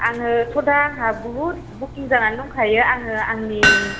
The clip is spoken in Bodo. आङोथ' दा आंहा बहुथ बुकिं जानानै दंखायो आङो आंनि